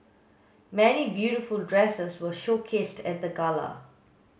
many beautiful dresses were showcased at the gala